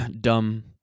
dumb